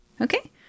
Okay